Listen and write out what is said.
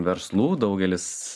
verslų daugelis